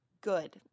good